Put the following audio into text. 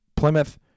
Plymouth